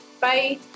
bye